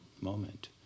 moment